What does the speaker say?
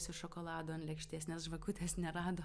su šokoladu an lėkštės nes žvakutės nerado